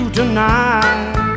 tonight